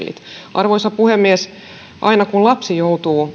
arvoisa puhemies aina kun lapsi joutuu